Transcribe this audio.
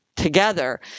together